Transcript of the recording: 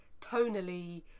tonally